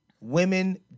Women